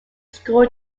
school